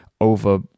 over